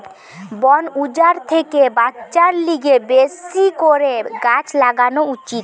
বন উজাড় থেকে বাঁচার লিগে বেশি করে গাছ লাগান উচিত